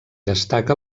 destaca